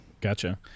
Gotcha